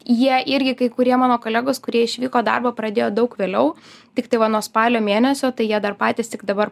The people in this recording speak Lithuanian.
jie irgi kai kurie mano kolegos kurie išvyko darbą pradėjo daug vėliau tiktai va nuo spalio mėnesio tai jie dar patys tik dabar